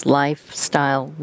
lifestyle